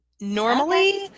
Normally